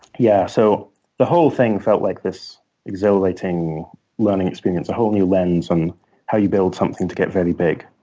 yeah. so the whole thing felt like this exhilarating learning experience, a whole new lens on how you build something to get very big.